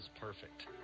perfect